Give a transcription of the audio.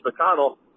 McConnell